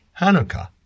Hanukkah